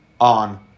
on